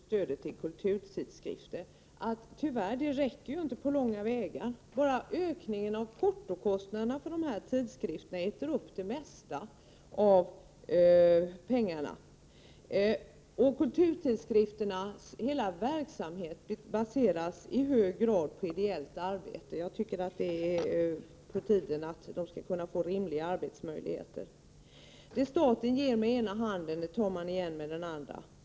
Herr talman! Till Åke Gustavsson vill jag säga om stödet till kulturtidskrifter: Tyvärr, det räcker inte på långa vägar. Bara ökningen av portokostnaderna för dessa tidskrifter äter upp de mesta pengarna. Kulturtidskrifternas hela verksamhet baseras i hög grad på ideellt arbete. Det är på tiden att de får rimliga arbetsmöjligheter. Det staten ger med ena handen tar den tillbaka med den andra.